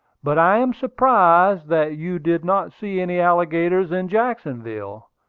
but i am surprised that you did not see any alligators in jacksonville,